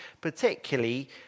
particularly